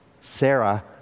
Sarah